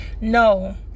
No